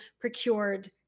procured